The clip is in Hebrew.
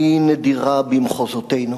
היא נדירה במחוזותינו.